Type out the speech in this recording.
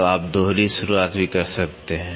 तो आप दोहरी शुरुआत भी कर सकते हैं